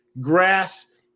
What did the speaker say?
grass